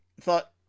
thought